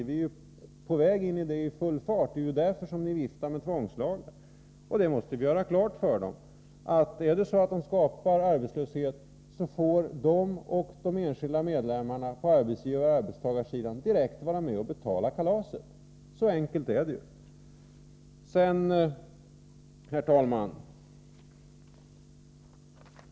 Vi är med full fart på väg in i den situationen — det är ju därför som ni viftar med tvångslagar. Man måste göra klart för dem, att är det så att de skapar arbetslöshet, får de och de enskilda medlemmarna på arbetsgivaroch arbetstagarsidan vara med och betala kalaset. Så enkelt är det. Herr talman!